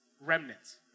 remnants